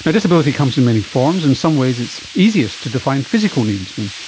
but disability comes in many forms. in some ways it's easiest to define physical needs when,